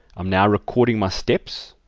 um now recording my steps.